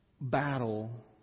battle